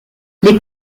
les